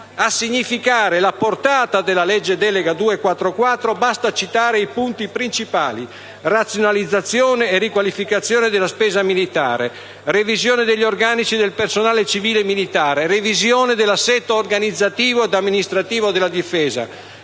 A significare la portata della legge delega n. 244, basta citarne i punti principali: